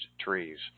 trees